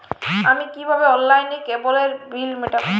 আমি কিভাবে অনলাইনে কেবলের বিল মেটাবো?